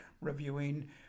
reviewing